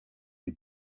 des